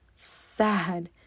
sad